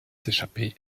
s’échapper